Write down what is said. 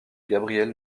gabriel